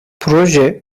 proje